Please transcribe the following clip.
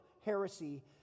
heresy